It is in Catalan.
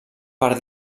per